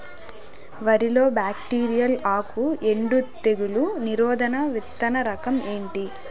వరి లో బ్యాక్టీరియల్ ఆకు ఎండు తెగులు నిరోధక విత్తన రకం ఏంటి?